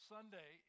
Sunday